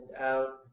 out